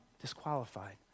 disqualified